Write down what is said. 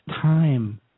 time